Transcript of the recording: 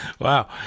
Wow